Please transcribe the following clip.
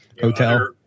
Hotel